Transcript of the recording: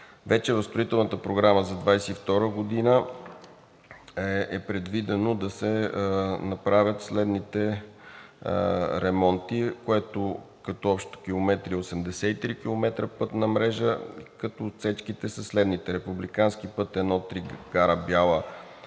Вече в строителната програма за 2022 г. е предвидено да се направят следните ремонти, което като общи километри е 83 км пътна мрежа. Отсечките са следните: републикански път I 3 Гара Бяла